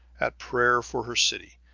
at prayer for her city,